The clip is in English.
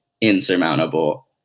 insurmountable